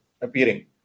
appearing